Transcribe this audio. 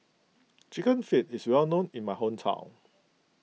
Chicken Feet is well known in my hometown